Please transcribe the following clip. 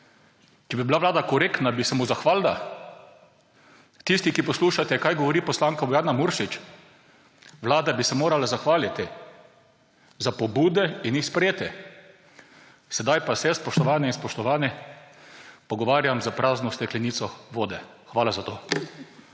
Če bi bila vlada korektna, bi se mu zahvalila. Tisti, ki poslušate, kaj govori poslanka Bojana Muršič. Vlada bi se morala zahvaliti za pobude in jih sprejeti. Sedaj pa se, spoštovane in spoštovani, pogovarjam s prazno steklenico vode. Hvala za to.